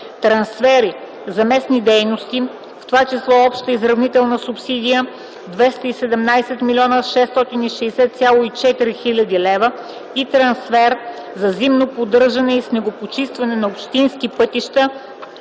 трансфери за местни дейности, в това число общо изравнителна субсидия 217 млн. 660,4 хил. лв. и трансфер за зимно поддържане и снегопочистване на общински пътища